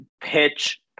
pitch